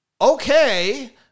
Okay